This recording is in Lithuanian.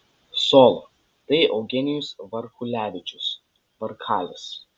solo tai eugenijus varkulevičius varkalis